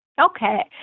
Okay